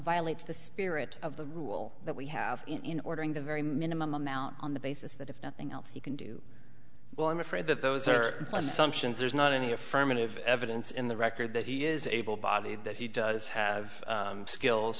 violates the spirit of the rule that we have in ordering the very minimum amount on the basis that if nothing else he can do well i'm afraid that those are some since there's not any affirmative evidence in the record that he is able bodied that he does have skills